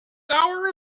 hour